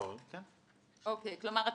כלומר,